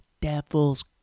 devil's